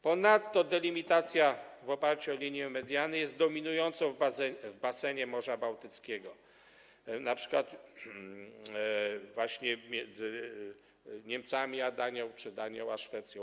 Ponadto delimitacja w oparciu o linię mediany jest dominująca w basenie Morza Bałtyckiego, np. właśnie między Niemcami a Danią czy Danią a Szwecją.